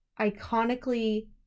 iconically